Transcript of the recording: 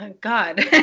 God